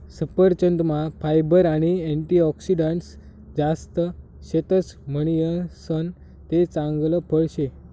सफरचंदमा फायबर आणि अँटीऑक्सिडंटस जास्त शेतस म्हणीसन ते चांगल फळ शे